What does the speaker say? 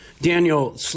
Daniel